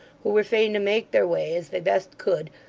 who were fain to make their way, as they best could,